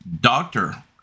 doctor